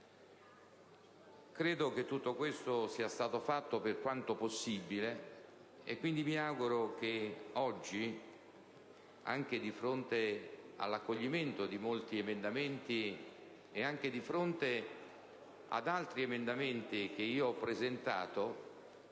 Credo che tutto questo sia stato fatto, per quanto possibile. Mi auguro quindi che oggi, anche di fronte all'accoglimento di molti emendamenti, e anche di fronte ad altri emendamenti che ho presentato,